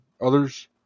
others